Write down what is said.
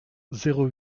zéro